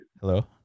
Hello